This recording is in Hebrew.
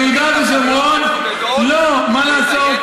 ביהודה ושומרון לא, מה לעשות,